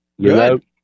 Good